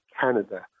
Canada